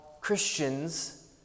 Christians